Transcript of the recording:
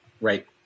Right